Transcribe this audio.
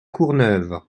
courneuve